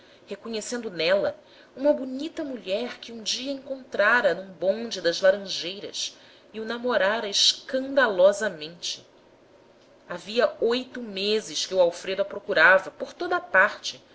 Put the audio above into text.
reconhecendo nela uma bonita mulher que um dia encontrara num bonde das laranjeiras e o namorara escandalosamente havia oito meses que o alfredo a procurava por toda a parte